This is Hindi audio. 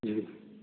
जी